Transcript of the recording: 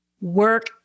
work